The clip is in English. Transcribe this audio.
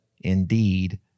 indeed